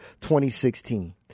2016